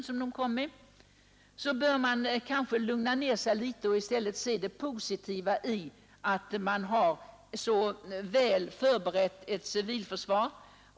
Civilförsvaret är väl planerat och en utredning är ganska snart att vänta.